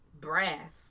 brass